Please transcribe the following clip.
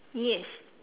yes